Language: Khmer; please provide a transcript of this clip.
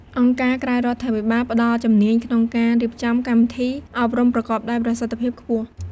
អង្គការក្រៅរដ្ឋាភិបាលផ្ដល់ជំនាញក្នុងការរៀបចំកម្មវិធី អប់រំប្រកបដោយប្រសិទ្ធភាពខ្ពស់។